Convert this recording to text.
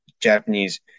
Japanese